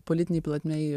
politinėj plotmėj